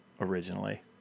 originally